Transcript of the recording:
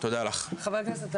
חבר הכנסת,